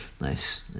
Nice